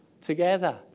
together